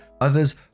others